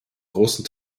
großen